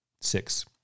six